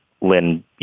Lynn